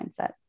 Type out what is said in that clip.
mindset